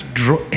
draw